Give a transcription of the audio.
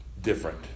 different